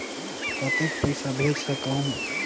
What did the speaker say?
कतेक पइसा भेज सकहुं?